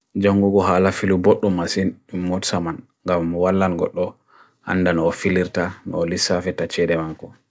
jongugu halafilu botu masinu mwotsaman gamu walan gotlu handa nofilirta nolisa feta chede manku